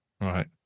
right